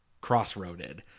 cross-roaded